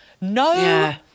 No-